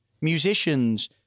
musicians